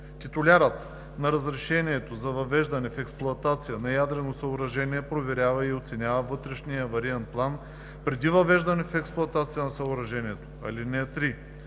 Титулярят на разрешението за въвеждане в експлоатация на ядрено съоръжение проверява и оценява вътрешния авариен план преди въвеждане в експлоатация на съоръжението. (3)